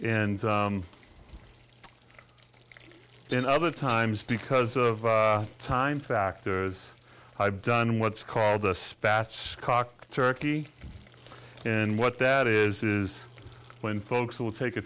and then other times because of time factors i've done what's called a spatchcock turkey and what that is is when folks will take a